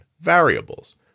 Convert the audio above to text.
Variables